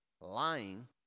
lying